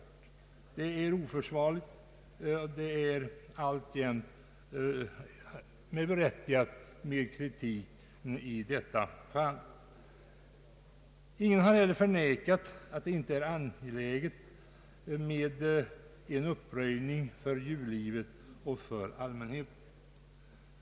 Eftersom man inte har gjort det är kritik alltjämt synnerligen berättigad. Ingen har heller förnekat att det är angeläget med en uppröjning med tanke på djurlivet och allmänheten.